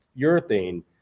urethane